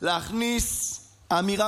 להכניס אמירה